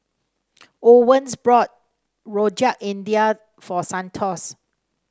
Owens brought Rojak India for Santos